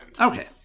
Okay